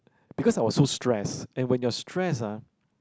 because I was so stressed and when you're stressed ah